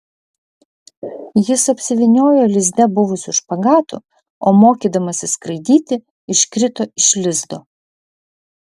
jis apsivyniojo lizde buvusiu špagatu o mokydamasis skraidyti iškrito iš lizdo